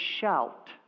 shout